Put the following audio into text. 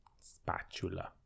Spatula